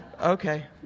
Okay